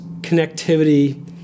connectivity